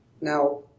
Now